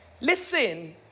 listen